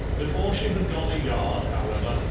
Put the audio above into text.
before she had gone a yard, however,